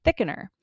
thickener